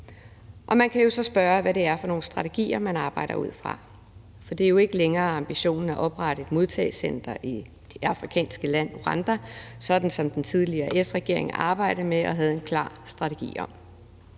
Man kan jo så spørge, hvad det er for nogle strategier, man arbejder ud fra. Og det er jo ikke længere ambitionen at oprette et modtagecenter i det afrikanske land Rwanda, sådan som den tidligere S-regering arbejdede med og havde en klar strategi om.